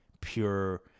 pure